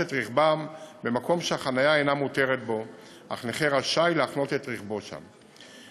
את רכבם במקום שהחניה אינה מותרת בו אך נכה רשאי להחנות את רכבו שם.